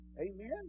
Amen